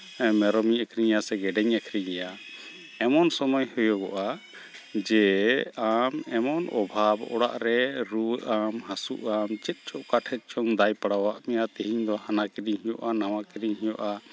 ᱢᱮᱨᱚᱢᱤᱧ ᱟᱹᱠᱷᱨᱤᱧᱮᱭᱟ ᱥᱮ ᱜᱮᱰᱮᱧ ᱟᱹᱠᱷᱨᱤᱧᱮᱭᱟ ᱮᱢᱚᱱ ᱥᱚᱢᱚᱭ ᱦᱩᱭᱩᱜᱚᱜᱼᱟ ᱡᱮ ᱟᱢ ᱮᱢᱚᱱ ᱚᱵᱷᱟᱵᱽ ᱚᱲᱟᱜ ᱨᱮ ᱨᱩᱣᱟᱹᱜᱼᱟᱢ ᱦᱟᱹᱥᱩᱜᱼᱟᱢ ᱪᱮᱫ ᱪᱚ ᱚᱠᱟ ᱴᱷᱮᱡ ᱪᱚ ᱫᱟᱭ ᱯᱟᱲᱟᱣᱟᱜ ᱢᱮᱭᱟ ᱛᱮᱦᱮᱧ ᱫᱚ ᱦᱟᱱᱟ ᱠᱤᱨᱤᱧ ᱦᱩᱭᱩᱜᱼᱟ ᱱᱟᱣᱟ ᱠᱤᱨᱤᱧ ᱦᱩᱭᱩᱜᱼᱟ